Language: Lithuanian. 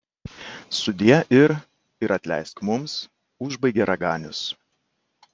sudie ir ir atleisk mums užbaigė raganius